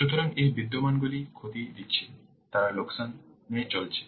সুতরাং যে বিদ্যমানগুলি ক্ষতি দিচ্ছে তারা লোকসানে চলছে